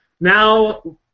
now